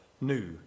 new